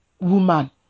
Woman